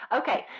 okay